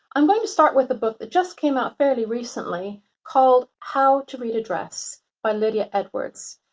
i'm going to start with a book that just came out fairly recently called how to read a dress by lydia edwards.